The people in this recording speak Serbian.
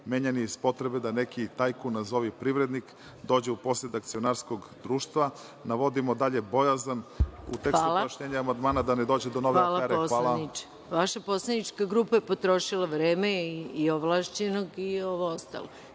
menjan je iz potrebe da neki tajkun, nazovi privrednik, dođe u posed akcionarskog društva. Navodimo dalje bojazan, u tekstu pojašnjenja amandmana, da ne dođe nove afere. Hvala. **Maja Gojković** Hvala poslaniče. Vaša poslanička grupa je potrošila vreme i ovlašćenog i ostalo. Kada